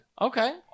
Okay